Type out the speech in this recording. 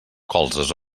colzes